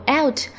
out